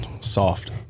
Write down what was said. soft